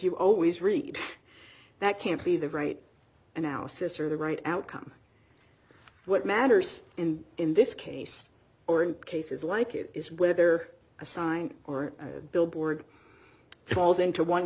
you always read that can't be the right analysis or the right outcome what matters and in this case or in cases like it is whether a sign or a billboard falls into one